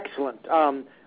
excellent